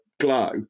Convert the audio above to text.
Glow